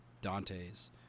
dante's